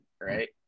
right